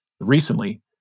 recently